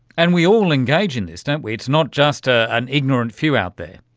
and we all engage in this, don't we, it's not just ah an ignorant few out there.